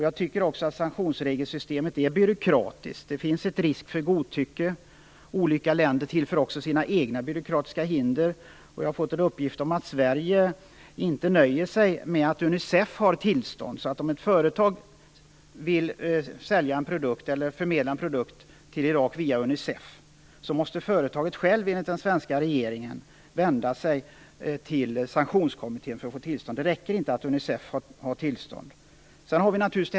Jag tycker också att sanktionsregelsystemet är byråkratiskt. Det finns en risk för godtycke. Olika länder tillför också sina egna byråkratiska hinder. Jag har fått en uppgift om att Sverige inte nöjer sig med att Unicef har tillstånd. Om ett företag vill sälja en produkt eller förmedla en produkt till Irak via Unicef måste företaget enligt den svenska regeringen själv vända sig till Sanktionskommittén för att få tillstånd. Det räcker inte att Unicef har tillstånd.